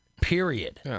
period